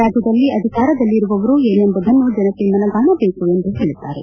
ರಾಜ್ಯದಲ್ಲಿ ಅಧಿಕಾರದಲ್ಲಿರುವವರು ಏನೆಂಬುದನ್ನು ಜನತೆ ಮನಗಾಣಬೇಕು ಎಂದು ಹೇಳದ್ದಾರೆ